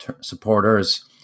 supporters